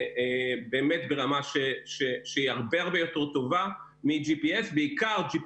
באמת ברמה שהיא הרבה יותר טובה מ-GPS, בעיקר GPS